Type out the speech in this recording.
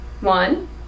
One